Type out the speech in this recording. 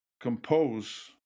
compose